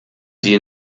die